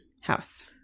house